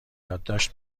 یادداشت